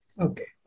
Okay